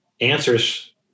answers